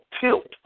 tilt